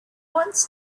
wants